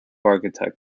architect